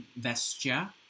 Vestia